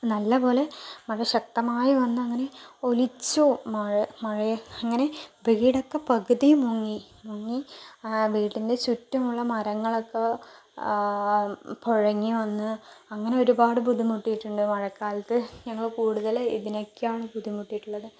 നല്ലപോലെ മഴ ശക്തമായി വന്ന് അങ്ങനെ ഒലിച്ച് മഴ മഴ അങ്ങനെ വീടൊക്കെ പകുതിയും മുങ്ങി മുങ്ങി വീടിൻ്റെ ചുറ്റുമുള്ള മരങ്ങളൊക്കെ പൊഴങ്ങി വന്ന് അങ്ങനെ ഒരുപാട് ബുദ്ധിമുട്ടിട്ടുണ്ട് മഴക്കാലത്ത് ഞങ്ങള് കൂടുതല് ഇതിനൊക്കെയാണ് ബുദ്ധിമുട്ടിയിട്ടുള്ളത്